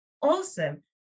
Awesome